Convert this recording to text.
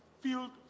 field